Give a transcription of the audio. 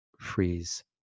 freeze